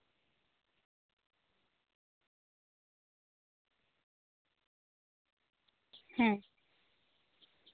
ᱦᱮᱸ